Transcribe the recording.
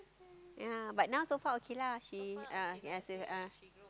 ya but now so far okay lah she a'ah ya ah